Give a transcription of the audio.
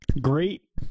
Great